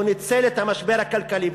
הוא ניצל את המשבר הכלכלי.